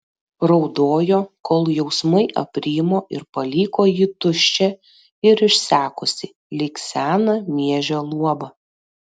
raudojo kol jausmai aprimo ir paliko jį tuščią ir išsekusį lyg seną miežio luobą